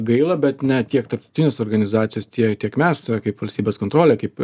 gaila bet net tiek tarptautinės organizacijos tie tiek mes kaip valstybės kontrolė kaip